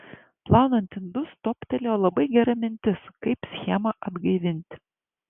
plaunant indus toptelėjo labai gera mintis kaip schemą atgaivinti